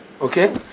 okay